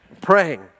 praying